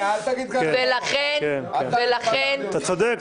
ולכן --- אל תגיד --- אתה צודק,